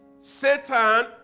Satan